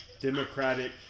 Democratic